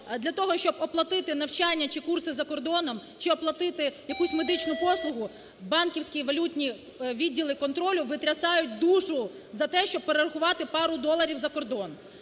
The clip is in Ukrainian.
для того, щоб оплатити навчання чи курси за кордоном, чи оплатити якусь медичну послугу, банківські валютні відділи контролю витрясають душу за те, щоб перерахувати пару доларів за кордон.